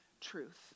truth